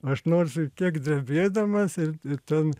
aš nors kiek drebėdamas ir ten